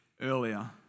earlier